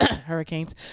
hurricanes